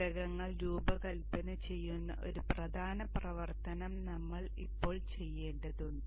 ഘടകങ്ങൾ രൂപകൽപന ചെയ്യുന്ന ഒരു പ്രധാന പ്രവർത്തനം നമ്മൾ ഇപ്പോൾ ചെയ്യേണ്ടതുണ്ട്